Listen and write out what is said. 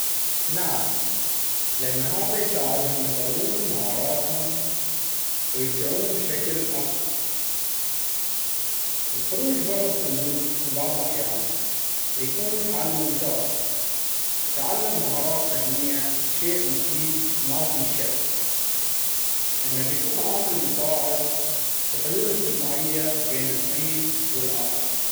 نعم، لأن هذا يساعدهم يطورون مهاراتهم ويبدعون بشكل أفضل, الخروج بره الصندوق في بعض الأحيان يكون حل ممتاز وتعلم مهارات فنية شيئ مفيد ما في شك انه بيكون عامل مساعد في حلول استثنائية بين الحين والأخر.